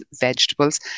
vegetables